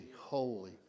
holy